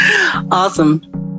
Awesome